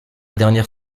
dernière